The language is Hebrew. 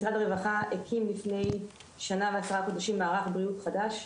משרד הרווחה הקים לפני שנה ועשרה חודשים מערך בריאות חדש,